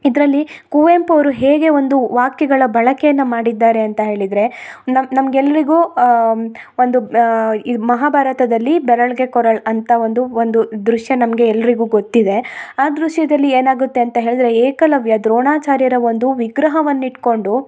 ಇದರಲ್ಲಿ ಕುವೆಂಪು ಅವರು ಹೇಗೆ ಒಂದು ವಾಕ್ಯಗಳ ಬಳಕೆಯನ್ನ ಮಾಡಿದ್ದಾರೆ ಅಂತ ಹೇಳಿದರೆ ನಮ್ಮ ನಮ್ಗ ಎಲ್ಲರಿಗೂ ಒಂದು ಇದು ಮಹಾಭಾರತದಲ್ಲಿ ಬೆರಳ್ಗೆ ಕೊರಳ್ ಅಂತ ಒಂದು ಒಂದು ದೃಶ್ಯ ನಮಗೆ ಎಲ್ಲರಿಗೂ ಗೊತ್ತಿದೆ ಆ ದೃಶ್ಯದಲ್ಲಿ ಏನಾಗುತ್ತೆ ಅಂತ ಹೇಳಿದರೆ ಏಕಲವ್ಯ ದ್ರೋಣಾಚಾರ್ಯರ ಒಂದು ವಿಗ್ರಹವನ್ನ ಇಟ್ಕೊಂಡು